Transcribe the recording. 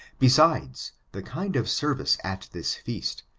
besides, the kind of service at this feast,